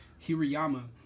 Hirayama